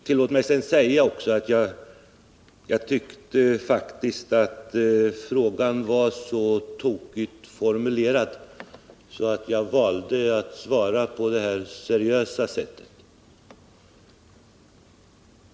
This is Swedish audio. Tillåt mig sedan också säga att jag faktiskt tyckte att frågan var så tokigt formulerad, att jag valde att svara på det här seriösa sättet.